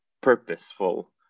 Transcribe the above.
purposeful